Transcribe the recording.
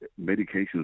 medications